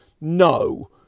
no